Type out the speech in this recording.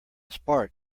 spark